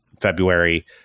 February